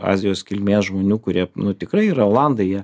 azijos kilmės žmonių kurie nu tikrai yra olandai jie